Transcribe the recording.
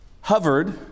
hovered